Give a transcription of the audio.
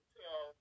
tell